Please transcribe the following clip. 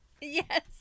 Yes